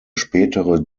spätere